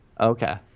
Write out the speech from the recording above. okay